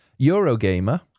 Eurogamer